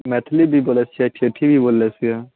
मैथिली भी बोलैत छियै ठेठी भी बोल लै छियै